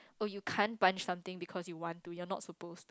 oh you can't punch something because you want to you're not suppose